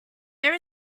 there